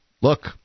look